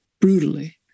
Brutally